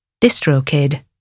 DistroKid